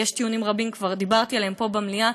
יש טיעונים רבים וכבר דיברתי עליהם פה במליאה,